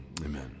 Amen